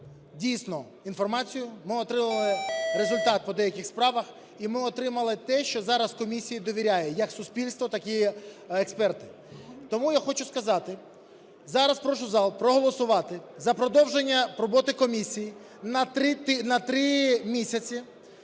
дійсно інформацію, ми отримали результат по деяких справах, і ми отримали те, що зараз комісії довіряє як суспільство, так і експерти. Тому я хочу сказати, зараз прошу зал проголосувати за продовження роботи комісії на три місяці,